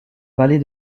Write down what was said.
vallée